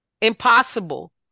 impossible